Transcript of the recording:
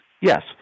Yes